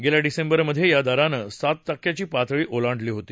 गेल्या डिसेंबरमध्ये या दरानं सात टक्क्याची पातळी ओलांडली होती